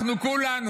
אנחנו כולנו,